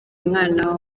umwana